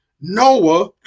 Noah